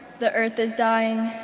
the earth is dying,